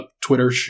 Twitter